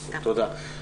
תודה.